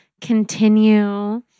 continue